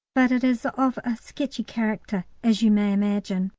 but it is of a sketchy character, as you may imagine.